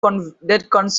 concerned